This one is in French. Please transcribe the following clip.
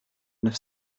neuf